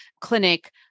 clinic